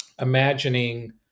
imagining